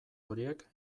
horiek